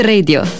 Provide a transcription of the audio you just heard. Radio